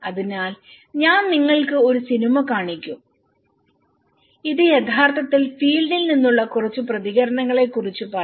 അതിനാൽ ഞാൻ നിങ്ങൾക്ക് ഒരു സിനിമ കാണിക്കും ഇത് യഥാർത്ഥത്തിൽ ഫീൽഡിൽ നിന്നുള്ള കുറച്ച് പ്രതികരണങ്ങളെ കുറിച്ച് പറയും